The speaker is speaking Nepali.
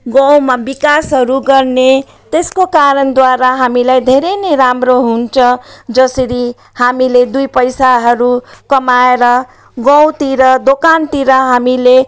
गाउँमा विकासहरू गर्ने त्यसको कारणद्वारा हामीलाई धेरै नै राम्रो हुन्छ जसरी हामीले दुई पैसाहरू कमाएर गाउँतिर दोकानतिर हामीले